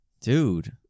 Dude